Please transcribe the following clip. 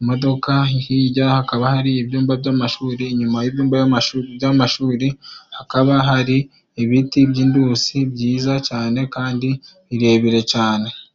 imodoka, hirya hakaba hari ibyumba by'amashuri, inyuma y'ibyumba by'amashuri hakaba hari ibiti by'indusi byiza cane kandi birebire cane.